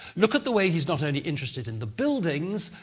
look at the way he's not only interested in the buildings,